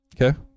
Okay